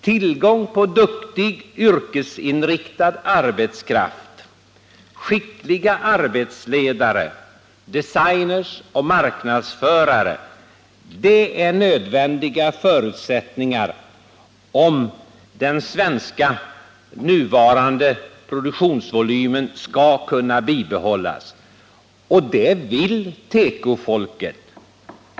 Tillgång på duktig yrkesinriktad arbetskraft, skickliga arbetsledare, designer och marknadsförare är nödvändiga förutsättningar, om den nuvarande svenska produktionsvolymen skall kunna upprätthållas. Det hoppas tekofolket.